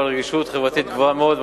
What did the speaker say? בעל רגישות חברתית גבוהה מאוד,